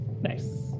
Nice